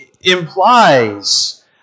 implies